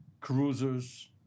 cruisers